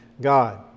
God